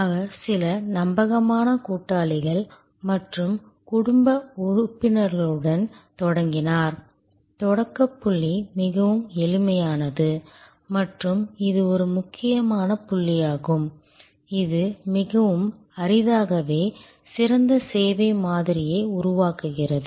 அவர் சில நம்பகமான கூட்டாளிகள் மற்றும் குடும்ப உறுப்பினர்களுடன் தொடங்கினார் தொடக்கப் புள்ளி மிகவும் எளிமையானது மற்றும் இது ஒரு முக்கியமான புள்ளியாகும் இது மிகவும் அரிதாகவே சிறந்த சேவை மாதிரியை உருவாக்குகிறது